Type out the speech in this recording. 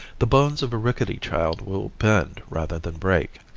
the bones of a rickety child will bend rather than break.